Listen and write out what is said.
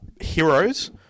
Heroes